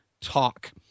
Talk